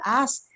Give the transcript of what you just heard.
ask